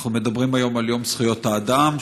אנחנו מדברים היום על יום זכויות האדם.